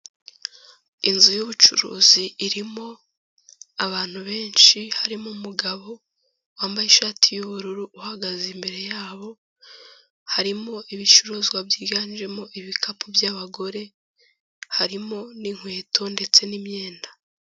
Inzu yubucuruzi irimo abantu benshi, harimo umugabo wambaye ishati y'ubururu uhagaze imbere yabo, harimo ibicuruzwa byiganjemo ibikapu by'abagore, harimo n'inkweto ndetse n'imyenda.